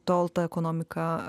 tol ta ekonomika